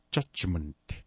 Judgment